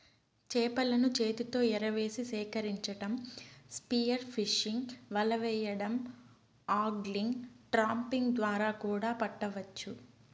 చేపలను చేతితో ఎరవేసి సేకరించటం, స్పియర్ ఫిషింగ్, వల వెయ్యడం, ఆగ్లింగ్, ట్రాపింగ్ ద్వారా కూడా పట్టవచ్చు